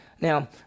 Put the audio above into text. Now